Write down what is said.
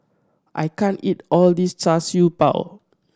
I can't eat all this Char Siew Bao